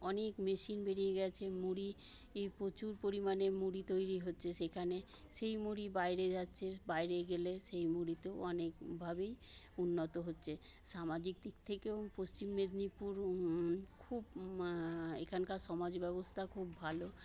অনেক মেশিন বেরিয়ে গেছে মুড়ি প্রচুর পরিমানে মুড়ি তৈরি হচ্ছে সেখানে সেই মুড়ি বাইরে যাচ্ছে বাইরে গেলে সেই মুড়ি তো অনেক ভাবেই উন্নত হচ্ছে সামাজিক দিক থেকেও পশ্চিম মেদিনীপুর খুব এখানকার সমাজ ব্যবস্থা খুব ভালো